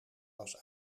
was